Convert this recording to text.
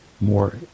More